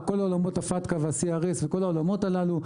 כל עולמות הפטקה וה-CRS וכל העולמות הללו.